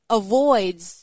avoids